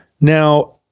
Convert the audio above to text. now